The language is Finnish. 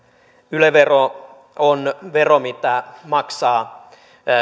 yle vero on vero mitä maksavat